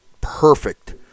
perfect